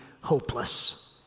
hopeless